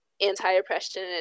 anti-oppression